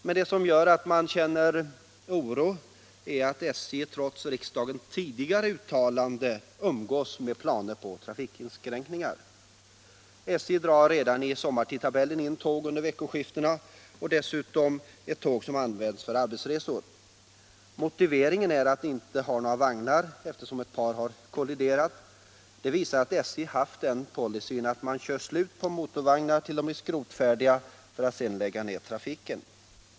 Men det som gör att man ändå känner oro är att SJ trots riksdagens tidigare uttalande umgås med planer på trafikinskränkningar. SJ drar redan i sommartidtabellen in tåg under veckoskiftena och dessutom ett tåg som används för arbetsresor. Motiveringen är att SJ inte har några vagnar, eftersom ett par kolliderat. Detta visar att SJ har haft den policyn att man kör slut på motorvagnarna tills de blir skrotfärdiga för att sedan lägga ned trafiken.